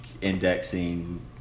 indexing